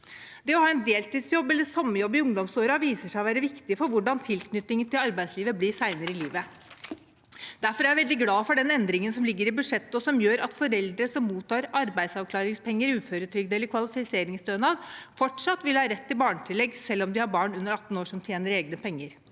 Det å ha en deltidsjobb eller sommerjobb i ungdomsårene viser seg å være viktig for hvordan tilknytningen til arbeidslivet blir senere i livet. Derfor er jeg veldig glad for den endringen som ligger i budsjettet, og som gjør at foreldre som mottar arbeidsavklaringspenger, uføretrygd eller kvalifiseringsstønad, fortsatt vil ha rett til barnetillegg selv om de har barn under 18 år som tjener egne penger.